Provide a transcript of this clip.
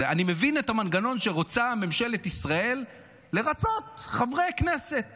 שרוצה ממשלת ישראל לרצות חברי כנסת